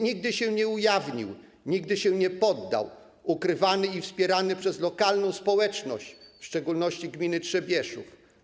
Nigdy się nie ujawnił, nigdy się nie poddał, ukrywany i wspierany przez lokalną społeczność, w szczególności społeczność gminy Trzebieszów.